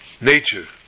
nature